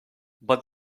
but